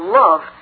love